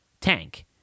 tank